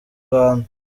rwanda